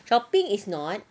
shopping is not